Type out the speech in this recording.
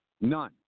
None